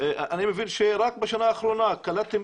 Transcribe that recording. אני מבין שרק בשנה האחרונה קלטתם